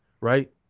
Right